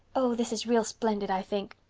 oh, this is real splendid, i think.